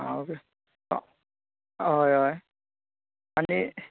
आं ओके हय हय आनी तें